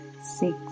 six